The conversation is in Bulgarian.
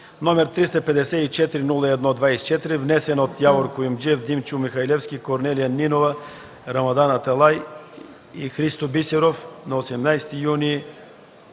№ 354-01-24, внесен от Явор Куюмджиев, Димчо Михалевски, Корнелия Нинова, Рамадан Аталай и Христо Бисеров на 18 юни